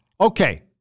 Okay